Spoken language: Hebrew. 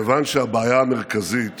כיוון שהבעיה המרכזית